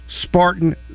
Spartan